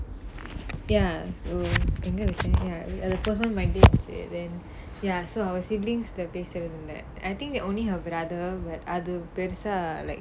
ya so எங்க விட்டான்:enga vittaan then ya so our siblings பேசுறது இல்ல:peasurathu illa I think that only her brother அது பெருசா:athu perusaa like